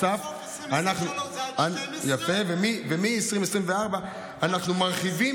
עד סוף 2023 זה עד 12, יפה.